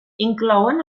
inclouen